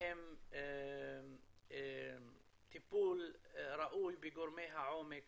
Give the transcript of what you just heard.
הם טיפול ראוי בגורמי העומק